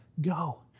go